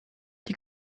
die